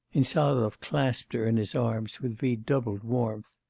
insarov clasped her in his arms with redoubled warmth.